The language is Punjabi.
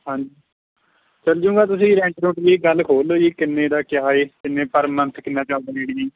ਹਾਂਜੀ ਚੱਲ ਜੂੰਗਾ ਤੁਸੀਂ ਰੈਂਟ ਰੁੰਟ ਦੀ ਗੱਲ ਖੋਲ ਲਓ ਜੀ ਕਿੰਨੇ ਦਾ ਕਿਆ ਹੈ ਕਿੰਨੇ ਪਰ ਮੰਥ ਕਿੰਨਾ ਚੱਲਦਾ ਰੇਟ ਜੀ